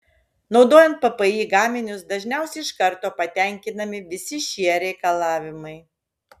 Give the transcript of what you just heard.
naudojant ppi gaminius dažniausiai iš karto patenkinami visi šie reikalavimai